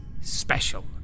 special